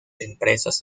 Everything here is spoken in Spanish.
empresas